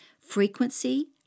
frequency